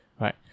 right